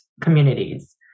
communities